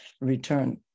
return